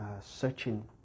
searching